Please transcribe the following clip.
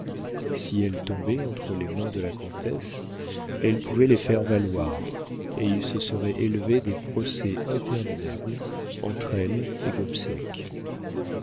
si elles tombaient entre les mains de la comtesse elle pouvait les faire valoir et il se serait élevé des procès interminables entre elle et